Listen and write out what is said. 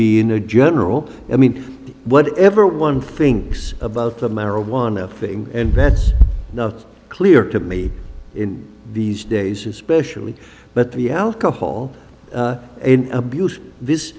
be in a general i mean whatever one thinks about the marijuana thing and that's not clear to me in these days especially but the alcohol abuse this